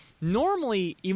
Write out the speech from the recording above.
normally